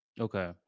Okay